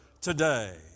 today